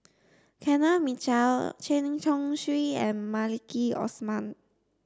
Kenneth Mitchell Chen Chong Swee and Maliki Osman